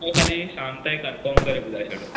पोइ खाली शाम ताईं कन्फ़ॉम करे ॿुधाए छॾो